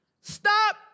stop